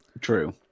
True